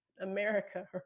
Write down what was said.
America